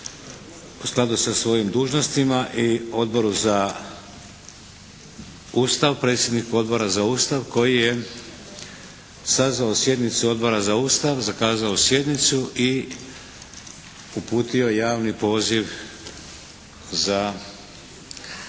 u skladu sa svojim dužnostima i Odboru za Ustav, predsjedniku Odbora za Ustav koji je sazvao sjednicu Odbora za Ustav, zakazao sjednicu i uputio javni poziv za